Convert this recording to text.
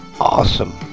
awesome